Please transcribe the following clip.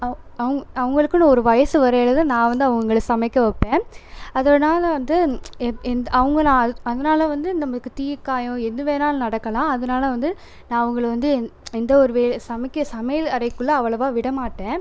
அவு அவங் அவங்களுக்குனு ஒரு வயசு வரையில் தான் நான் வந்து அவங்கள சமைக்க வைப்பேன் அதனால வந்து எப் எந் அவங்கனால் அதனால வந்து நம்மளுக்கு தீக்காயம் எது வேணாலும் நடக்கலாம் அதனால வந்து நான் அவங்களை வந்து எந்த ஒரு வே சமைக்க சமையல் அறைக்குள்ளே அவ்வளவாக விடமாட்டேன்